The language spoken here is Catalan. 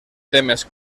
temes